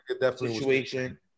situation